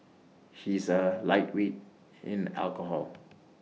he is A lightweight in alcohol